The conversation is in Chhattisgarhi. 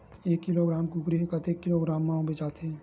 एक किलोग्राम कुकरी ह कतेक किलोग्राम म बेचाथे?